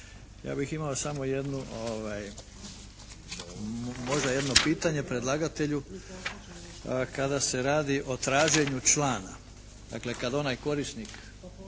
Ja bih imao samo jednu, možda jedno pitanje predlagatelju kada se radi o traženju člana. Dakle, kad onaj korisnik